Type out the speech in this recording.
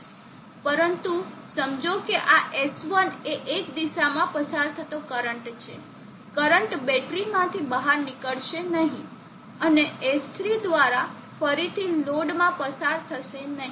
પરંતુ સમજો કે આ S1 એ એક દિશામાં પસાર થતો કરંટ છે કરંટ બેટરી માંથી બહાર નીકળશે નહીં અને S3 દ્વારા ફરીથી લોડમાં પસાર થશે નહીં